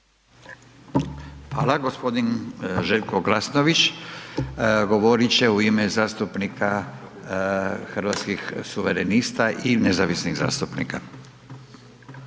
Hvala. Gospodin Željko Glasnović govorit će u ime zastupnika Hrvatskih suverenista i nezavisnih zastupnika.